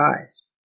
eyes